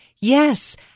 Yes